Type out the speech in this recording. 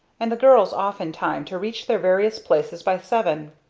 and the girls off in time to reach their various places by seven.